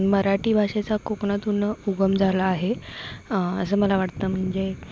मराठी भाषेचा कोकणातून उगम झाला आहे असं मला वाटतं म्हणजे